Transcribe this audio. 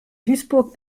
duisburg